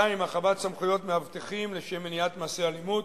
2. הרחבת סמכויות מאבטחים לשם מניעת מעשה אלימות.